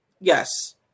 Yes